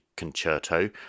Concerto